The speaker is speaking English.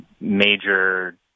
major